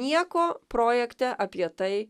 nieko projekte apie tai